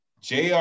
jr